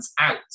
out